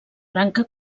branca